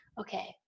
Okay